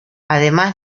además